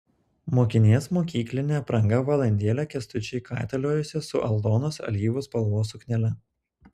mokinės mokyklinė apranga valandėlę kęstučiui kaitaliojosi su aldonos alyvų spalvos suknele